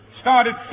started